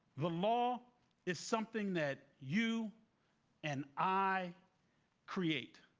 the law is something that you and i create.